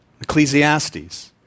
Ecclesiastes